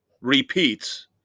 repeats